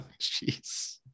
jeez